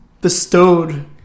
bestowed